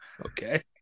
Okay